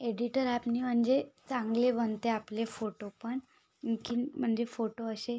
editor ॲपने मनजे चांगले बनते आपले फोटोपन अंखीन मनजे फोटो अशे